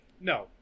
no